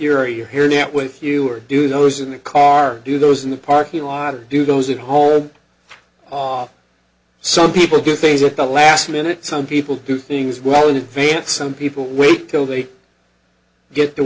with your hair net with you or do those in the car do those in the parking lot or do those at home office some people do things at the last minute some people do things well in advance some people wait till they get t